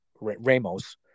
Ramos